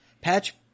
patch